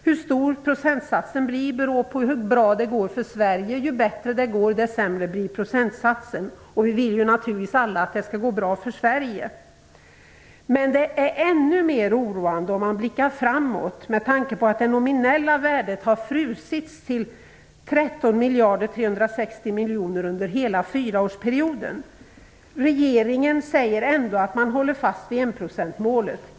Hur stor procentsatsen blir beror på hur bra det går för Sverige. Ju bättre det går, desto sämre blir procentsatsen. Vi vill ju naturligtvis alla att det skall gå bara för Sverige. Men det är ännu mer oroande, om man blickar framåt, med tanke på att det nominella värdet har frusits till 13 360 miljoner kronor under hela fyraårsperioden. Ändå säger regeringen att man håller fast vid enprocentsmålet.